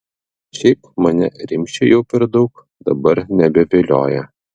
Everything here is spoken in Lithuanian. šiaip mane rimšė jau per daug dabar nebevilioja